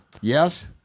Yes